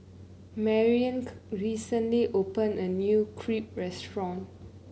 recently opened a new Crepe Restaurant